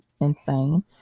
insane